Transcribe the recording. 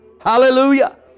Hallelujah